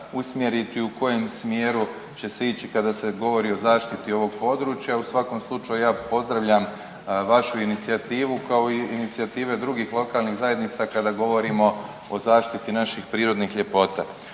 usmjeriti u kojem smjeru će se ići kada se govori o zaštiti ovog područja. U svakom slučaju ja pozdravljam vašu inicijativu kao i inicijative drugih lokalnih zajednica kada govorimo o zaštiti naših prirodnih ljepota.